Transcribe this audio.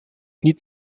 niet